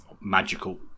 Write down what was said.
magical